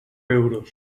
euros